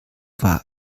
war